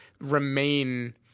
remain